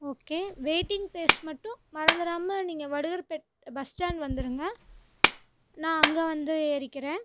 okay waiting place மட்டும் மறந்துறாமல் நீங்கள் வடுகர்பேட் பஸ் ஸ்டாண்ட் வந்துருங்க நான் அங்கே வந்து ஏறிக்கிறேன்